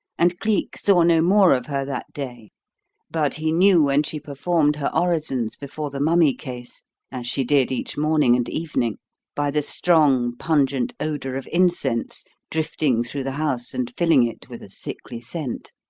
and cleek saw no more of her that day but he knew when she performed her orisons before the mummy case as she did each morning and evening by the strong, pungent odour of incense drifting through the house and filling it with a sickly scent.